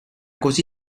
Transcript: così